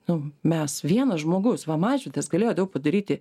nu mes vienas žmogus va mažvydas galėjo daug padaryti